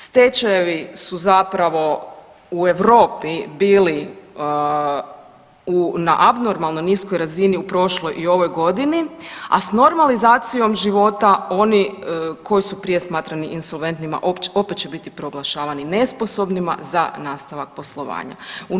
Stečajevi su zapravo u Europi bili na abnormalno niskoj razini u prošloj i ovoj godini, a s normalizacijom života oni koji su prije smatrani insolventnima opet će biti proglašavani nesposobnima za nastavak poslovanja.